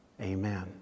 amen